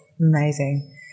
Amazing